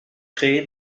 créé